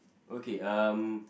okay um